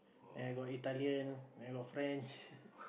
and got Italian and got French